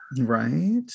Right